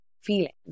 feelings